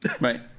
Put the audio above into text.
Right